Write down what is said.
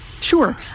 Sure